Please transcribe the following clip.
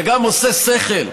וגם עושה שכל,